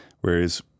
Whereas